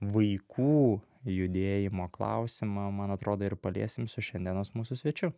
vaikų judėjimo klausimą man atrodo ir paliesim su šiandienos mūsų svečiu